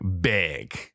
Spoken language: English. Big